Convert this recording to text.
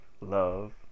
love